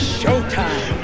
showtime